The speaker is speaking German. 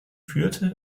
führte